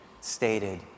stated